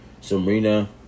Serena